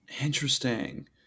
Interesting